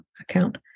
account